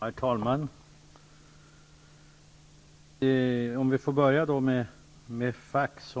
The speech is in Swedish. Herr talman! För att börja med fax